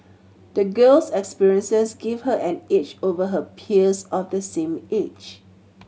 the girl's experiences gave her an edge over her peers of the same age